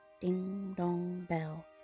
Ding-dong-bell